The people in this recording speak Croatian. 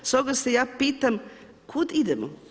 Stoga se ja pitam kud idemo?